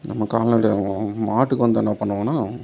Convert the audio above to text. நம்ம கால்நடை மாட்டுக்கு வந்து என்ன பண்ணுவேன்னா